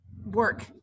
work